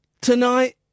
tonight